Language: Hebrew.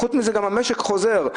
בנוסף, המשק גם חוזר.